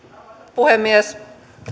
puhemies